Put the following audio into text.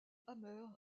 hammer